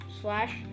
slash